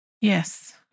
Yes